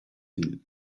digl